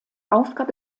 aufgabe